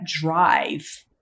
drive